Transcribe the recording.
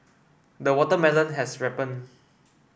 the watermelon has ripened